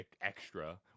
extra